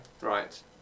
Right